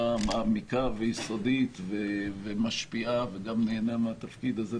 מעמיקה ויסודית ומשפיעה וגם ניהנה מהתפקיד הזה.